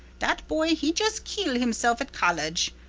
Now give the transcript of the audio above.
dat boy, he jus' keel himself at college.